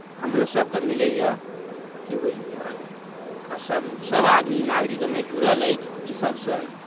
हमरोसभकेँ मिलैए की बुझलियै आओर आओर सभ सभआदमी नागरिक ओहिमे जुड़ल अछि ईसभसँ